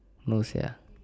no sia